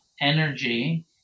energy